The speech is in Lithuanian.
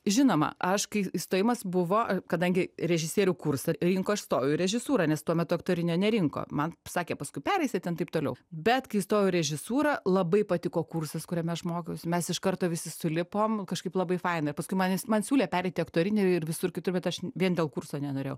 žinoma aš kai stojimas buvo kadangi režisierių kursą rinko aš stojau į režisūrą nes tuo metu aktorinio nerinko man sakė paskui pereisi ten taip toliau bet kai įstojau į režisūrą labai patiko kursas kuriame aš mokiausi mes iš karto visi sulipom kažkaip labai faina paskui man jis man siūlė pereiti į aktorinį ir visur kitur bet aš vien dėl kurso nenorėjau